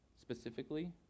specifically